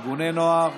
ארגוני נוער,